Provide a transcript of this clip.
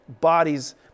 bodies